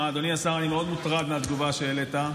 שמע, אדוני השר, אני מאוד מוטרד מהתגובה שהעלית.